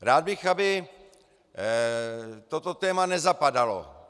Rád bych, aby toto téma nezapadalo.